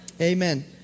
Amen